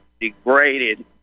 degraded